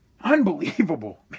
Unbelievable